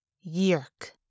Yerk